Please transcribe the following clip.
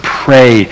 pray